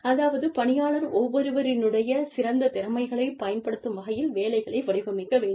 அதாவது பணியாளர் ஒவ்வொருவரினுடைய சிறந்த திறமைகளைப் பயன்படுத்தும் வகையில் வேலைகளை வடிவமைக்க வேண்டும்